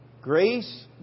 Grace